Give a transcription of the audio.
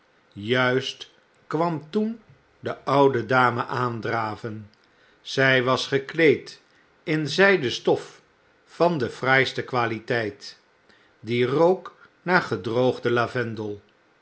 juist kwam toen de oude dame aandraven zy was gekleed in zijden stof van de fraaiste qualiteit die rook naar gedroogde lavendel